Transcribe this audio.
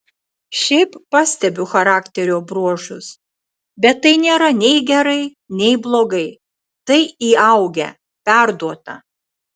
šiaip pastebiu charakterio bruožus bet tai nėra nei gerai nei blogai tai įaugę perduota